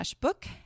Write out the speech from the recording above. book